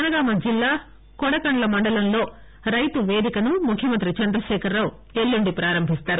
జనగామ జిల్లా కొడకండ్ల మండలంలో రైతు పేదికను ముఖ్యమంత్రి చంద్రశేఖరరావు ఎల్లుండి ప్రారంభిస్తారు